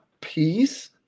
peace